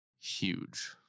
huge